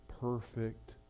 perfect